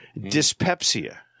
dyspepsia